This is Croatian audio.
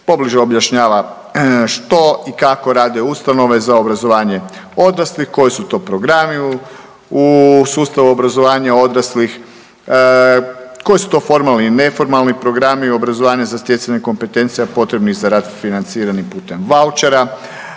pobliže objašnjava što i kako rade ustanove za obrazovanje odraslih, koji su to programi u sustavu obrazovanja odraslih, koji su to formalni i neformalni programi i obrazovanje za stjecanje kompetencija potrebnih za rad financirani putem vouchera,